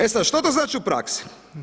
E sada što to znači u praksi?